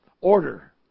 order